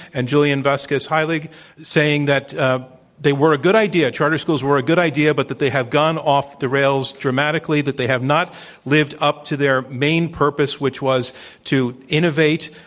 and julian vasquez heilig saying that ah they were a good idea, charter schools were a good idea, but that they have gone off the rails dramatically. that they have not lived up to their main purpose, which was to innovate,